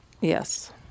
Yes